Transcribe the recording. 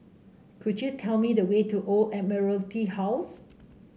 could you tell me the way to The Old Admiralty House